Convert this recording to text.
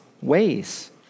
ways